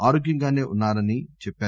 ఆరోగ్యంగానే ఉన్నానని చెప్పారు